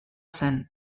zen